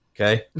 Okay